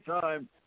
time